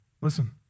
Listen